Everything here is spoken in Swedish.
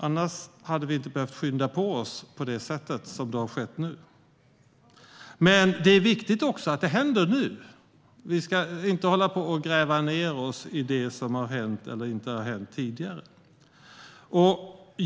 Annars hade vi inte behövt skynda på det sätt som har skett nu. Det är viktigt att det händer något nu. Vi ska inte gräva ned oss i det som har hänt eller inte hänt tidigare.